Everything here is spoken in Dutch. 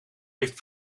heeft